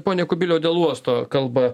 pone kubiliau dėl uosto kalba